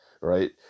right